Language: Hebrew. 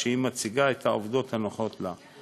והיא מציגה את העובדות הנוחות לה.